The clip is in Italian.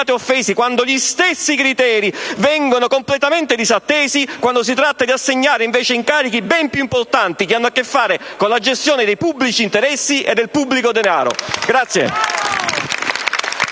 quando gli stessi criteri vengono completamente disattesi, qualora si tratti di assegnare, invece, incarichi ben più importanti, che hanno a che fare con la gestione dei pubblici interessi e del pubblico denaro. *(Vivi